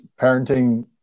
parenting